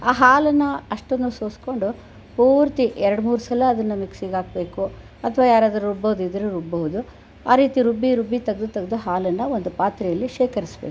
ಆ ಹಾಲನ್ನ ಅಷ್ಟನ್ನೂ ಸೋಸಿಕೊಂಡು ಪೂರ್ತಿ ಎರಡ್ಮೂರು ಸಲ ಅದನ್ನು ಮಿಕ್ಸಿಗೆ ಹಾಕ್ಬೇಕು ಅಥವಾ ಯಾರಾದರೂ ರುಬ್ಬೋರಿದ್ದರೆ ರುಬ್ಬಬೋದು ಆ ರೀತಿ ರುಬ್ಬಿ ರುಬ್ಬಿ ತೆಗ್ದು ತೆಗ್ದು ಹಾಲನ್ನು ಒಂದು ಪಾತ್ರೆಲಿ ಶೇಖರಿಸಬೇಕು